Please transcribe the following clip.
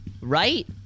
right